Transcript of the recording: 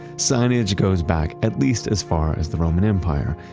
signage goes back at least as far as the roman empire.